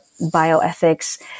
bioethics